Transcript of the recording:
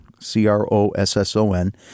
C-R-O-S-S-O-N